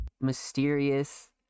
Mysterious